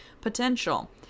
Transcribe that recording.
potential